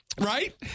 Right